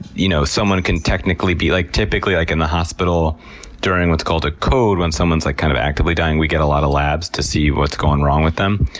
you know, someone can technically, like typically, like, in the hospital during what's called a code, when someone's like kind of actively dying, we get a lot of labs to see what's going wrong with them.